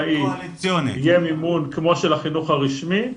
העצמאי יהיה מימון כמו של החינוך הרשמי.